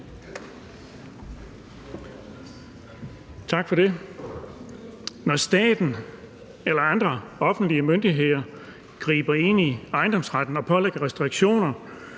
Tak for det. Når staten eller andre offentlige myndigheder griber ind i ejendomsretten og pålægger restriktioner,